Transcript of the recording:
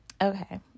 Okay